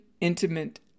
intimate